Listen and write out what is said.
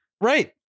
Right